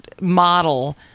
model